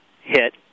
hit